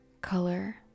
color